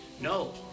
No